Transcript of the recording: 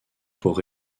pour